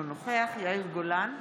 אינו נוכח יאיר גולן,